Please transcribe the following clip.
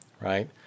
right